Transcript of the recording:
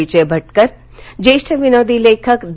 विजय भटकर ज्येष्ठ विनोदी लेखक द